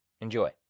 Enjoy